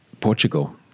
Portugal